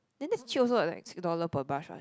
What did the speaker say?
then that's cheap also what like six dollar per brush what